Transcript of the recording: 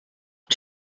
und